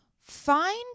find